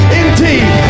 indeed